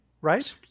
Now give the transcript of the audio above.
right